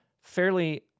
fairly